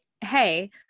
hey